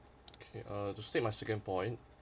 okay uh to state my second point